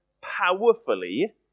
powerfully